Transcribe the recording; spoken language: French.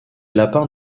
lapins